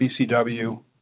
BCW